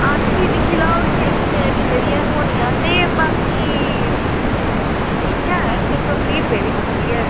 हां ते फ्ही दिक्खी लैओ छे गुत्थियां किन्ने दियां थ्होनियां ते बाकी इ'यां ऐ छे सौ त्रीह् रपेऽ दी गुत्थी ऐ